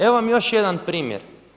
Evo vam još jedan primjer.